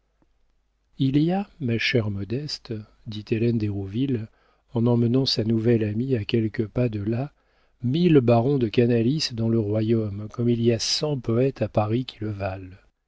il y a ma chère modeste dit hélène d'hérouville en emmenant sa nouvelle amie à quelques pas de là mille barons de canalis dans le royaume comme il y a cent poëtes à paris qui le valent